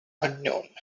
unknown